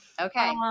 Okay